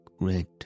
red